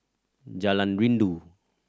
Jalan Rindu